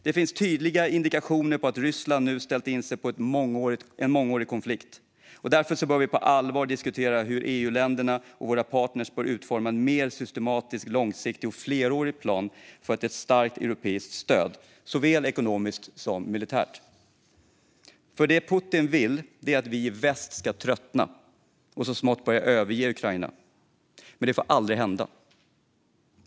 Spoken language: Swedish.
Det finns tydliga indikationer på att Ryssland nu har ställt in sig på en mångårig konflikt. Därför bör vi på allvar diskutera hur EU-länderna och våra partner bör utforma en mer systematisk, långsiktig och flerårig plan för ett starkt europeiskt stöd, såväl ekonomiskt som militärt. Det Putin vill är att vi i väst ska tröttna och så smått börja överge Ukraina. Men det får aldrig hända.